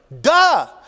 Duh